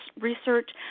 research